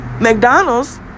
McDonald's